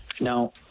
now